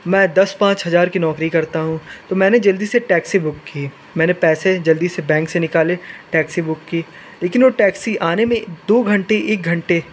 मैं दस पाँच हज़ार की नौकरी करता हूँ तो मैंने जल्दी से टैक्सी बुक की मैंने पैसे जल्दी से बैंक से निकाले टैक्सी बुक की लेकिन वो टेक्सी आने में दो घंटे एक घंटे